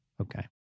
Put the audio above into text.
okay